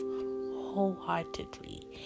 wholeheartedly